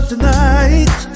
Tonight